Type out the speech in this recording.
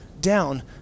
down